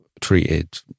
treated